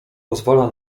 pozwala